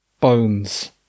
Bones